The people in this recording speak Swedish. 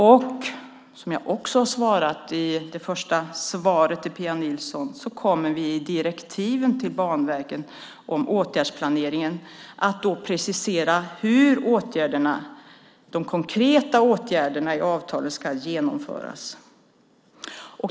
Jag sade också i mitt första svar till Pia Nilsson att vi i direktiven till Banverket om åtgärdsplaneringen kommer att precisera hur de konkreta åtgärderna i avtalet ska genomföras.